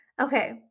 Okay